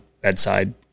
bedside